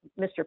Mr